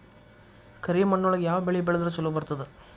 ಕರಿಮಣ್ಣೊಳಗ ಯಾವ ಬೆಳಿ ಬೆಳದ್ರ ಛಲೋ ಬರ್ತದ?